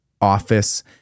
office